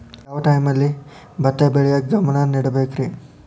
ಯಾವ್ ಟೈಮಲ್ಲಿ ಭತ್ತ ಬೆಳಿಯಾಕ ಗಮನ ನೇಡಬೇಕ್ರೇ?